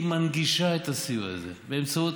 היא מנגישה את הסיוע הזה באמצעות